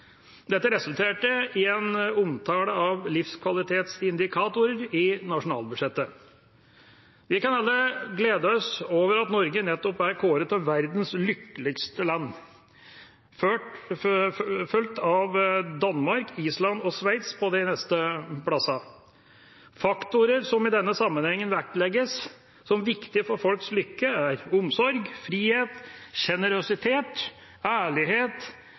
Dette resulterte i en omtale av livskvalitetsindikatorer i nasjonalbudsjettet. Vi kan alle glede oss over at Norge nettopp er kåret til verdens lykkeligste land, fulgt av Danmark, Island og Sveits på de neste plassene. Faktorer som i denne sammenhengen vektlegges som viktig for folks lykke, er omsorg, frihet, sjenerøsitet, ærlighet,